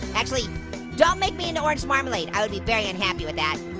actually don't make me an orange marmalade. i would be very unhappy with that.